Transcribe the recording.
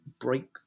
break